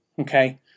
Okay